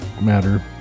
matter